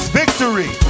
victory